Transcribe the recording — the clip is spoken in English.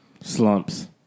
Slumps